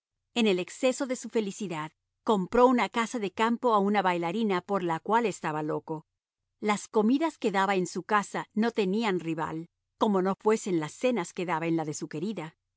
en el exceso de su felicidad compró una casa de campo a una bailarina por la cual estaba loco las comidas que daba en su casa no tenían rival como no fuesen las cenas que daba en la de su querida